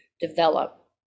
develop